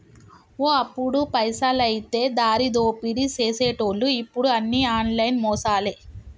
ఓ అప్పుడు పైసలైతే దారిదోపిడీ సేసెటోళ్లు ఇప్పుడు అన్ని ఆన్లైన్ మోసాలే